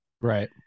Right